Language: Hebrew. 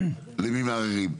למי מערערים?